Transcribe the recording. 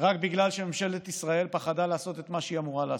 רק בגלל שממשלת ישראל פחדה לעשות את מה שהיא אמורה לעשות,